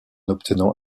obtenant